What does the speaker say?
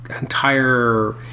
entire